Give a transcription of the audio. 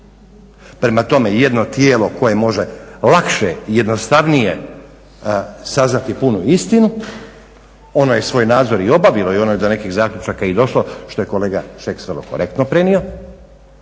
Prema tome, jedno tijelo koje može lakše i jednostavnije saznati punu istinu ono je svoj nadzor i obavilo i ono je do nekih zaključaka i došlo što je kolega Šeks korektno prenio,